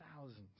thousands